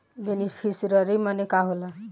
Beneficiary मने का होला?